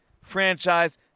franchise